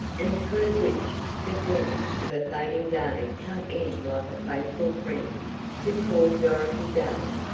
and through which the glint of a fading day cut in like a faithful friend to poor dorothy dale.